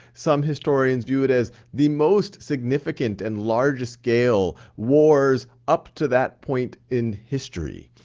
some historians view it as the most significant and largest scale wars up to that point in history.